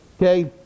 Okay